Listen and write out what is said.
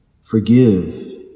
Forgive